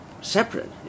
separate